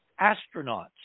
astronauts